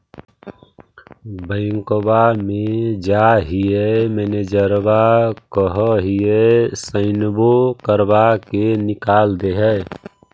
बैंकवा मे जाहिऐ मैनेजरवा कहहिऐ सैनवो करवा के निकाल देहै?